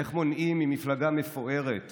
איך מונעים ממפלגה מפוארת,